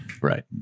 Right